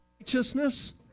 righteousness